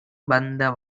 வந்த